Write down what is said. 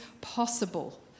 possible